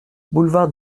boulevard